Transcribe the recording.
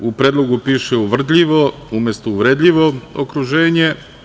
U predlogu piše: „uvrdljivo“ umesto: „uvredljivo okruženje“